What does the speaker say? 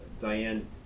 Diane